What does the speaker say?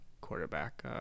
quarterback